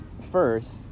first